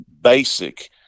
basic